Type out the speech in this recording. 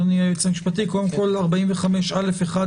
קודם כול, סעיף 45(א)(1)